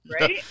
right